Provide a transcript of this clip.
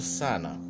sana